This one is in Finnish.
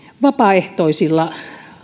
vapaaehtoisilla